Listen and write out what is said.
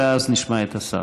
ואז נשמע את השר.